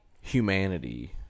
humanity